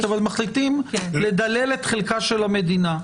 אבל מחליטים לדלל את חלקה של המדינה,